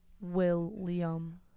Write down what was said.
William